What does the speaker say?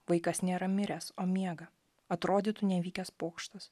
vaikas nėra miręs o miega atrodytų nevykęs pokštas